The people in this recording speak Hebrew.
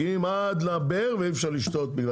מגיעים עד לבאר ואי-אפשר לשתות.